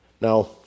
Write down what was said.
Now